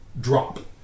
drop